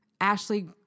Ashley